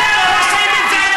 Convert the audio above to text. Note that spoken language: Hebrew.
אתם עושים את זה,